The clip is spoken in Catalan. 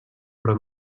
però